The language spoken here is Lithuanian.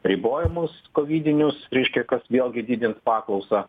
ribojimus kovidinius reiškia kas vėlgi didins paklausą